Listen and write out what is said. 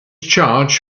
charge